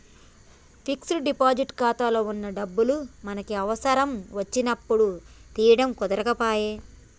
fixed deposit ఖాతాలో వున్న డబ్బులు మనకి అవసరం వచ్చినప్పుడు తీయడం కుదరకపాయె